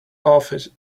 office